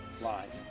live